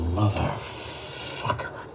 motherfucker